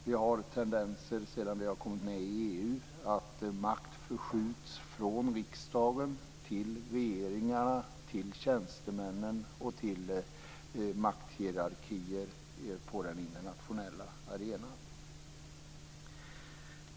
Vi har sett tendenser sedan vi kom med i EU att makt förskjuts från riksdagen till regeringen, till tjänstemännen och till makthierarkier på den internationella arenan.